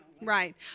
right